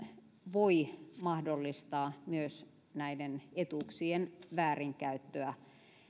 voi mahdollistaa myös näiden etuuksien väärinkäyttöä